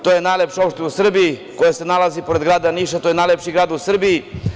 To je najlepša opština u Srbiji koja se nalazi pored grada Niša, to je najlepši grad u Srbiji.